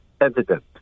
evident